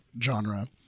genre